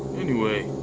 anyway,